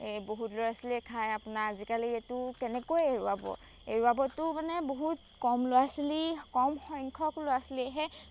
এই বহুত ল'ৰা ছোৱালীয়ে খায় আপোনাৰ আজিকালি এইটো কেনেকৈ এৰোৱাব এৰোৱাবতো মানে বহুত কম ল'ৰা ছোৱালী কমসংখ্যক ল'ৰা ছোৱালীয়েহে